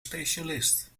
specialist